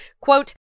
Quote